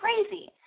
crazy